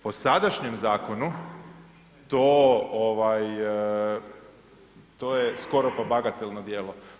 Po sadašnjem zakonu, to je skoro pa bagatelno djelo.